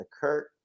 Kurt